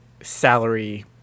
salary